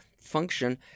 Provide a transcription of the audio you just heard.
function